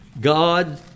God